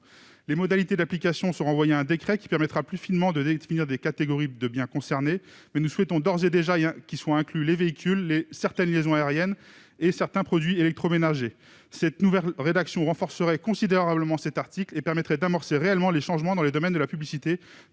Les modalités d'application sont renvoyées à un décret destiné à définir plus finement les catégories de biens concernés, mais nous souhaitons d'ores et déjà inclure au dispositif les véhicules, certaines liaisons aériennes, ainsi que certains produits électroménagers. Cette nouvelle rédaction renforcerait considérablement l'article et permettrait d'amorcer réellement les changements en matière de publicité